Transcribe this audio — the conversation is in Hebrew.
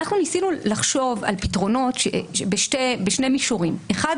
אנחנו ניסינו לחשוב על פתרונות בשני מישורים: אחד,